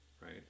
right